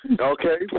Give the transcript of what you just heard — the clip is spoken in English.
okay